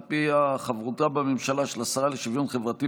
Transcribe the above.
שעל פיה חברותה בממשלה של השרה לשוויון חברתי